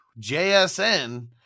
jsn